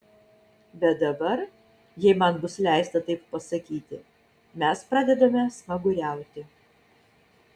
bet dabar jei man bus leista taip pasakyti mes pradedame smaguriauti